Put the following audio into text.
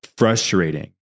Frustrating